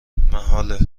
محاله